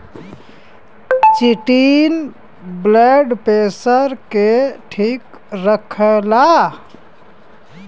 chitin blood pressure के ठीक रखला